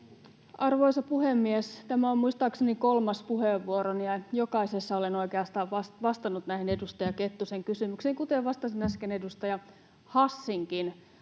Arvoisa puhemies! Tämä on muistaakseni kolmas puheenvuoroni, ja jokaisessa olen oikeastaan vastannut näihin edustaja Kettusen kysymyksiin, kuten vastasin äsken edustaja Hassinkin